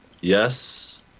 yes